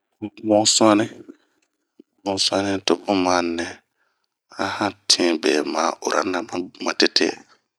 bun, bun suani, bun suani to bun ma nɛ, ahan tin be ma urana matete.